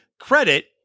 credit